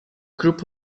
group